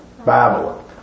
Babylon